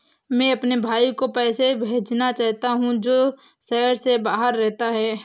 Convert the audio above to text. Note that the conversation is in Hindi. मैं अपने भाई को पैसे भेजना चाहता हूँ जो शहर से बाहर रहता है